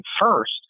first